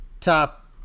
top